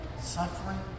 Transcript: suffering